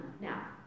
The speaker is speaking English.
Now